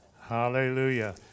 Hallelujah